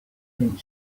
print